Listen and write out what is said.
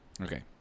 Okay